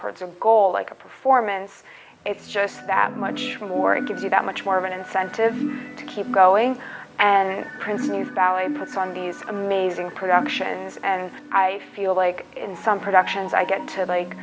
towards a goal like a performance it's just that much more to give you that much more of an incentive to keep going and prince is valid puts on these amazing productions and i feel like in some productions i get to like